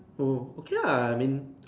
oh okay ah I mean